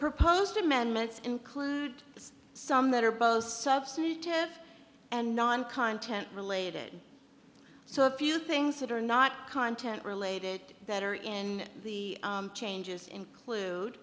proposed amendments include some that are both substantive and non content related so a few things that are not content related that are in the changes